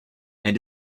and